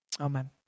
amen